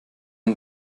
ein